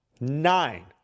nine